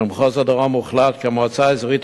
במחוז הדרום הוחלט כי המועצה האזורית